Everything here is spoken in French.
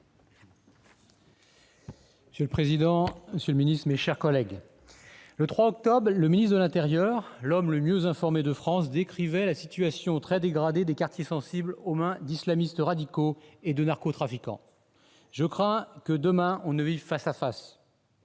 Monsieur le président, monsieur le secrétaire d'État, mes chers collègues, le 3 octobre dernier, le ministre de l'intérieur, l'homme le mieux informé de France, décrivait la situation très dégradée des quartiers sensibles aux mains d'islamistes radicaux et de narcotrafiquants, concluant en ces termes :« Je crains que, demain, on ne vive face à face.